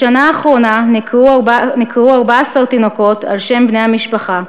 בשנה האחרונה נקראו 14 תינוקות על שם בני המשפחה,